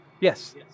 Yes